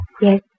Yes